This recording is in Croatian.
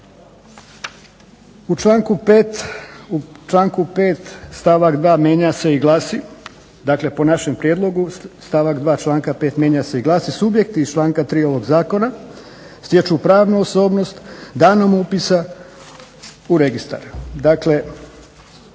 U članku 5. stavak 2. mijenja se i glasi, dakle po našem prijedlogu stavak 2. članka 5. mijenja se i glasi: subjekti iz članka 3. ovog zakona stječu pravnu osobnost danom upisa u registar.